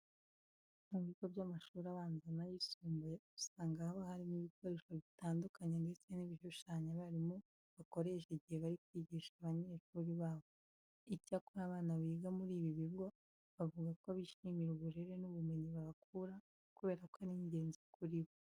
Mu bigo by'amashuri abanza n'ayisumbuye usanga haba harimo ibikoresho bitandukanye ndetse n'ibishushanyo abarimu bakoresha igihe bari kwigisha abanyeshuri babo. Icyakora abana biga muri ibi bigo bavuga ko bishimira uburere n'ubumenyi bahakura kubera ko ari ingenzi kuri bo.